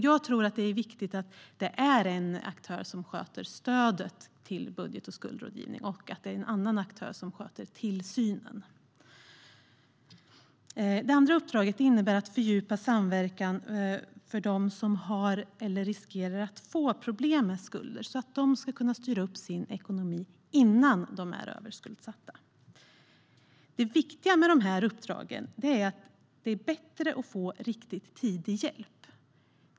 Jag tror att det är viktigt att det är en aktör som sköter stödet till budget och skuldrådgivning och att det är en annan aktör som sköter tillsynen. Det andra uppdraget innebär att fördjupa samverkan för att de som har eller riskerar att få problem med skulder ska kunna styra upp sin ekonomi innan de är överskuldsatta. Det viktiga med dessa uppdrag är att det är bättre att få riktigt tidig hjälp.